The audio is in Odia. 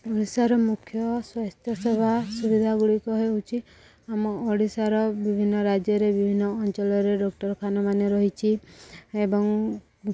ଓଡ଼ିଶାର ମୁଖ୍ୟ ସ୍ୱାସ୍ଥ୍ୟ ସେବା ସୁବିଧା ଗୁଡ଼ିକ ହେଉଛି ଆମ ଓଡ଼ିଶାର ବିଭିନ୍ନ ରାଜ୍ୟରେ ବିଭିନ୍ନ ଅଞ୍ଚଳରେ ଡକ୍ଟରଖାନାମାନ ରହିଛି ଏବଂ